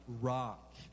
rock